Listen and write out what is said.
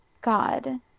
God